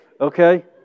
Okay